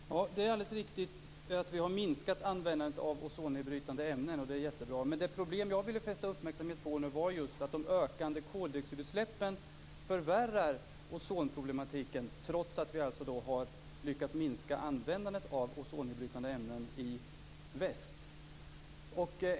Fru talman! Det är alldeles riktigt att vi har minskat användningen av ozonnedbrytande ämnen, och det är jättebra. Men det problem jag vill fästa uppmärksamhet på var just att de ökande koldioxidutsläppen förvärrar ozonproblematiken trots att vi har lyckats minska användandet av ozonnedbrytande ämnen in väst.